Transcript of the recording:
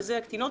וזה הקטינות,